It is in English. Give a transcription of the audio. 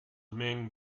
ming